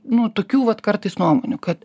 nu tokių vat kartais nuomonių kad